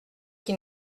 qui